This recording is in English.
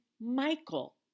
Michael